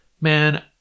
Man